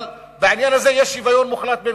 אבל בעניין הזה יש שוויון מוחלט בין